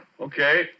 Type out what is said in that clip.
Okay